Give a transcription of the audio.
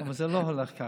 אבל זה לא הולך ככה.